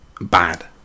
Bad